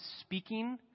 speaking